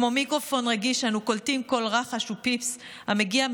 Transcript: כמו מיקרופון רגיש אנו קולטים כל רחש ופיפס המגיע,